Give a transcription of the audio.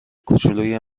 کوچولوی